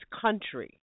country